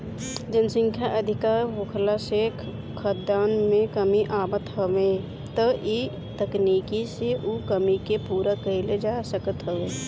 जनसंख्या अधिका होखला से खाद्यान में कमी आवत हवे त इ तकनीकी से उ कमी के पूरा कईल जा सकत हवे